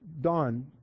Don